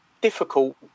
difficult